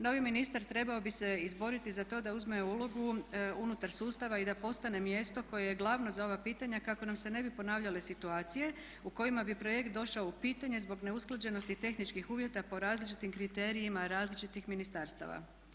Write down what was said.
Novi ministar trebao bi se izboriti za to da uzme ulogu unutar sustava i da postane mjesto koje je glavno za ova pitanja kako nam se ne bi ponavljale situacije u kojima bi projekt došao u pitanje zbog neusklađenosti tehničkih uvjeta po različitim kriterijima različitih ministarstava.